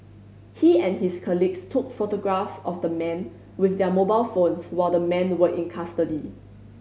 he and his colleagues took photographs of the men with their mobile phones while the men were in custody